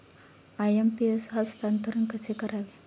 IMPS हस्तांतरण कसे करावे?